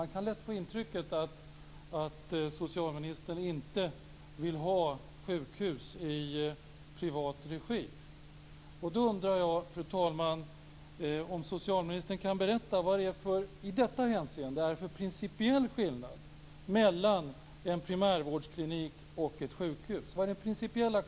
Man kan lätt få intrycket av att socialministern inte vill ha sjukhus i privat regi. Fru talman! Jag undrar om socialministern kan berätta vad det i detta hänseende är för principiell skillnad mellan en primärvårdsklinik och ett sjukhus.